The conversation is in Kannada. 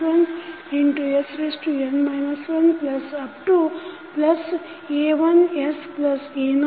snan 1sn 1